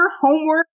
homework